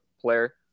player